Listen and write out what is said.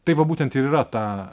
tai va būtent ir yra ta